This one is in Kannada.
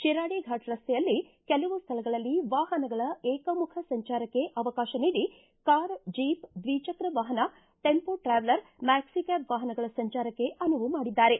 ಶಿರಾಡಿ ಫಾಟಿ ರಸ್ತೆಯಲ್ಲಿ ಕೆಲವು ಸ್ಥಳಗಳಲ್ಲಿ ವಾಹನಗಳ ಏಕಮುಖ ಸಂಚಾರಕ್ಕೆ ಅವಕಾಶ ನೀಡಿ ಕಾರ್ ಜೀಪ್ ದ್ವಿಚಕ್ರ ವಾಹನ ಟೆಂಪೋ ಟ್ರಾವೆಲರ್ ಮ್ಯಾಕ್ಷಿಕ್ವಾಬ್ ವಾಹನಗಳ ಸಂಚಾರಕ್ಕೆ ಅನುವು ಮಾಡಿದ್ದಾರೆ